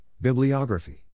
Bibliography